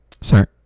sir